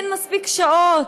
אין מספיק שעות.